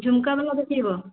ଝୁମକା ୱାଲା ଦେଖାଇବ